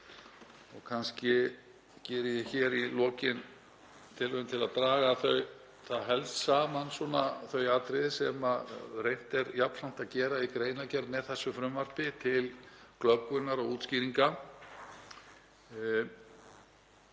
og kannski geri ég hér í lokin tilraun til að draga helst saman þau atriði sem reynt er jafnframt að gera í greinargerð með þessu frumvarpi til glöggvunar og útskýringa,